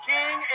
King